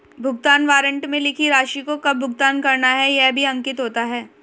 भुगतान वारन्ट में लिखी राशि को कब भुगतान करना है यह भी अंकित होता है